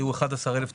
היו 11,000 צופים,